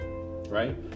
right